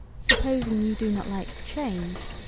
supposing you do not like to change,